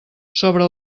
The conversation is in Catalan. sobre